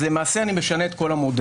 אז למעשה אני משנה את כל המודל.